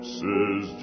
says